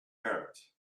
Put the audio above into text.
heart